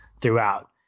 throughout